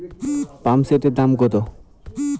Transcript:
পাম্পসেটের দাম কত?